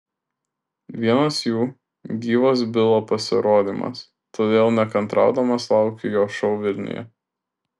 vienas jų gyvas bilo pasirodymas todėl nekantraudamas laukiu jo šou vilniuje